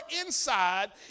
inside